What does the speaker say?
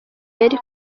yari